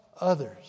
others